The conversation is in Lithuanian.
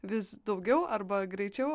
vis daugiau arba greičiau